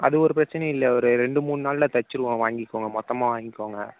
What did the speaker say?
அது ஒரு பிரச்னையும் இல்லை ஒரு ரெண்டு மூண் நாளில் தச்சுருவோம் வாங்கிக்கோங்க மொத்தமாக வாங்கிக்கோங்க